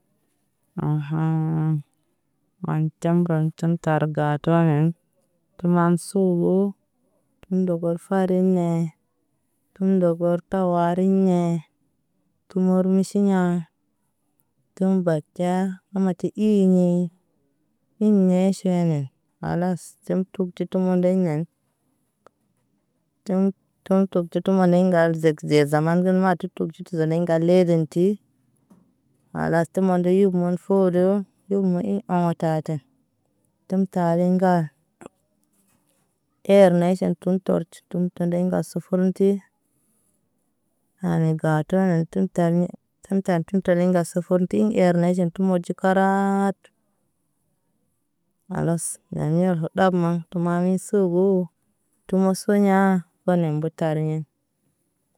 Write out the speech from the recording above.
Aŋ haŋ ŋaŋg ban can ban toŋ tar ga tuwa hayiŋ. Kəlam su goyo m ndogo farin nɛ m ndogo tawarin nɛ tu mɔr niʃi ɲaa tum baca m ɔti iɲɛ. Iɲɛ ʃɛɲɛ kalas sem tug ɟi dɔ mɔ nda nɛn. Tum tɔ di ma nɛ ŋgal zɛzɛk zaman gə ma tut tog tut zole ŋgal lezɛn ti. Kalas tum maan bo yob maan fodo bub maan ḭ awa ta tɛn tum tar lɛ ŋga. Ɛr nɛ sem tum tɔr tum tɛndɛ ŋgar sufur n ti. A nɛ gaa toŋ ɛn toŋ tam tiŋ tar ni ŋgar sufur tiŋ ɛr nɛ ɟim təm mɔr ɟi kaaraat. Kalas iɲa yɔ ɗɔk maan ba mani sogoo. Tu mɔ soo ɲaa bɔl nɛ mbə tarɲɛ.